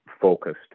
focused